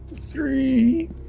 three